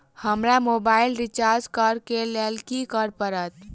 हमरा mobile recharge करऽ केँ लेल की करऽ पड़त?